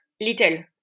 little